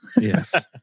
Yes